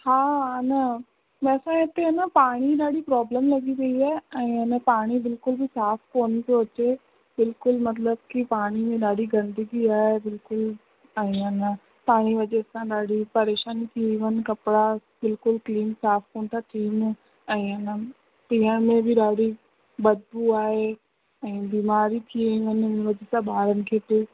हा न न त हिते अन पाणीअ जी ॾाढी प्रॉब्लम लगी पई आहे ऐं अन पाणी बिल्कुल बि साफ़ु कोन पियो अचे बिल्कुलु मतलब कि पाणी में ॾाढी गंदगी आहे बिल्कुल ऐं अन पाणी वजह सा ॾाढी परेशानियूं थी वयूं आहिनि कपिड़ा बिल्कुल क्लीन साफ़ु कोन था थियनि ऐं अन पीअण में बि ॾाढी बदबू आहे ऐं बीमारी थी वेंदनि हिननि सां ॿारनि खे बि